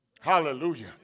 Hallelujah